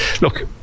look